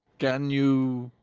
can you